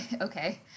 okay